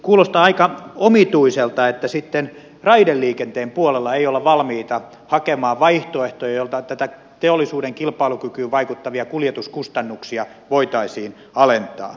kuulostaa aika omituiselta että sitten raideliikenteen puolella ei olla valmiita hakemaan vaihtoehtoja joilla näitä teollisuuden kilpailukykyyn vaikuttavia kuljetuskustannuksia voitaisiin alentaa